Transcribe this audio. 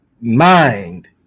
mind